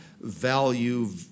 value